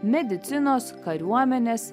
medicinos kariuomenės